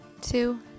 two